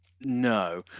No